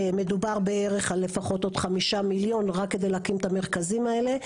מדובר בערך על לפחות עוד 5 מיליון רק להקים את המרכזים האלה.